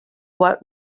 what